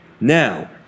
Now